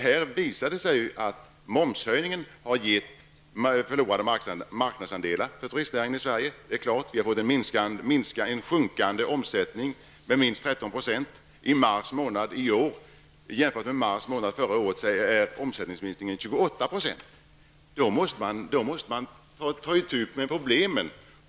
Här visar det sig att momshöjningen har åstadkommit förlorade marknadsandelar för turistnäringen i Sverige. Vi har fått en med minst 13 % minskad omsättning -- det är klart. I mars månad i år är omsättningsminskningen 28 % jämfört med mars månad förra året. Då måste man ta itu med problemen.